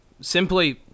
simply